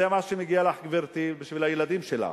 זה מה שמגיע לך, גברתי, בשביל הילדים שלך.